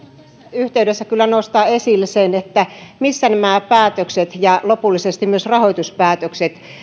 yhteydessä kyllä nostaa esille sen missä nämä päätökset ja lopullisesti rahoituspäätökset